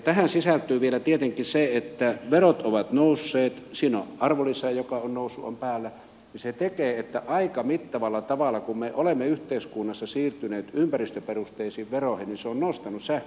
tähän sisältyy vielä tietenkin se että verot ovat nousseet siinä on arvonlisä joka on noussut päällä sitten se että aika mittavalla ja kun me olemme yhteiskunnassa siirtyneet ympäristöperusteisiin veroihin niin se on aika mittavalla tavalla nostanut sähkön siirtohintaa